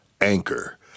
Anchor